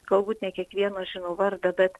galbūt ne kiekvieno žinau vardą bet